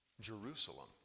Jerusalem